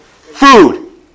food